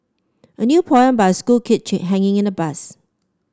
a new poem by a school kid hanging in a bus